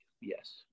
Yes